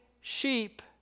sheep